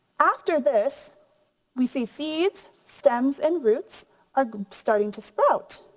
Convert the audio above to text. after this we see seeds, stems, and roots are starting to sport.